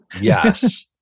yes